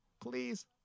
Please